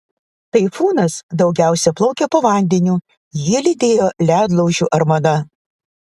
taifūnas daugiausia plaukė po vandeniu jį lydėjo ledlaužių armada